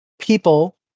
people